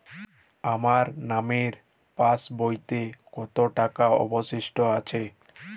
আমার নামের পাসবইতে কত টাকা অবশিষ্ট আছে?